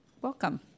welcome